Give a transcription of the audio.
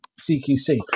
CQC